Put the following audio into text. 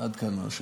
עד כאן, היושב-ראש.